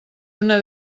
una